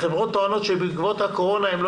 החברות טוענות שבעקבות הקורונה הן לא